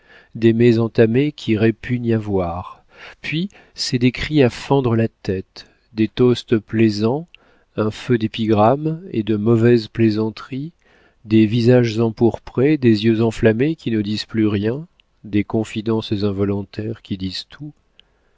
des mets entamés qui répugnent à voir puis ce sont des cris à fendre la tête des toasts plaisants un feu d'épigrammes et de mauvaises plaisanteries des visages empourprés des yeux enflammés qui ne disent plus rien des confidences involontaires qui disent tout